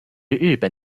日本